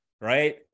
right